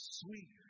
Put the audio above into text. sweet